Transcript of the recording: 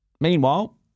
Meanwhile